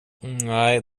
nej